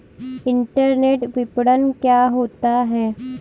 Internet विपणन क्या होता है?